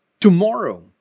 tomorrow